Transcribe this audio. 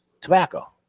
tobacco